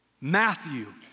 Matthew